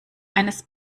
eines